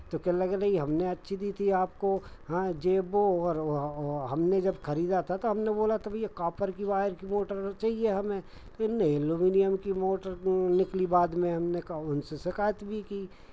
तो कहने लगे हमने अच्छी दी थी आपको हाँ जे वो हर हर हमने जब खरीदा था तो हमने बोला था भैया कॉपर की वायर की मोटर चाइए हमें इनने एल्यूमिनियम की मोटर निकली बाद में हमने कहा उनसे शिकायत भी की